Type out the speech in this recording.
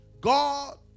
God